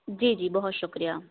جی جی بہت شُکریہ